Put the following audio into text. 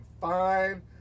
fine